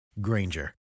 Granger